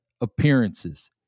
appearances